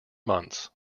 months